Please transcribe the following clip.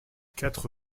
quatre